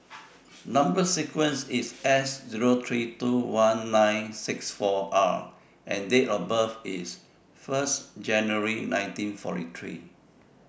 Number sequence IS S Zero three two one nine six four R and Date of birth IS one January nineteen forty three